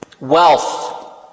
Wealth